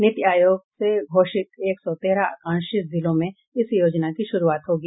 नीति आयोग से घोषित एक सौ तेरह आकांक्षी जिलों में इस योजना की शुरूआत होगी